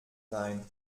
sein